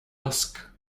ask